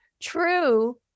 True